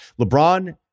LeBron